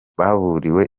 baburiwe